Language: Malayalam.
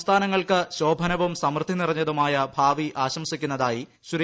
സംസ്ഥാനങ്ങൾക്ക് ശോഭനവും സമൃദ്ധി നിറഞ്ഞതുമായ ഭാവി ആശംസിക്കുന്നതായി ശ്രീ